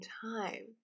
time